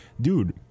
dude